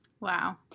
Wow